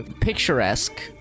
Picturesque